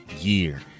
year